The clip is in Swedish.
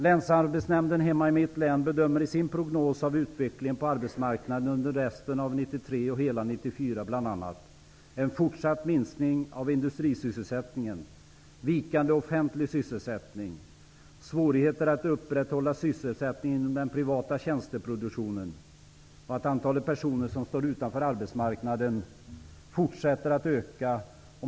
Länsarbetsnämnden hemma i mitt län bedömer i sin prognos av utvecklingen av arbetsmarknaden under resten av 1993 och hela 1994 bl.a. att det blir en fortsatt minsknng av industrisysselsättningen, vikande offentlig sysselsättning, svårigheter att upprätthålla sysselsättningen inom den privata tjänsteproduktionen och att antalet personer som står utanför arbetsmarknaden fortsätter att öka.